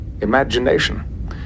imagination